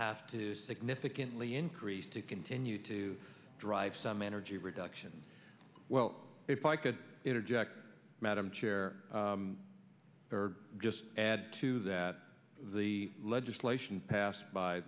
have to significantly increase to continue to drive some energy reduction well if i can interject madam chair just add to that the legislation passed